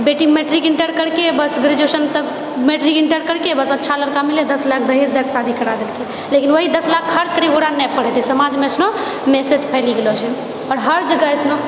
बेटी matric inter करिके बस ग्रैजुएशन तक मैट्रिक इण्टर करिके बस अच्छा लड़का मिले दश लाख दहेज दएके बस शादी करा देलकै लेकिन ओएह दश लाख खर्च करिके ओकरा नहि पढ़ओते समाजमे एइसनो मैसेज फैलि गेलोछै आओर हर जगह एइसनो